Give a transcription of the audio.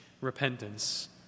repentance